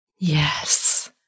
Yes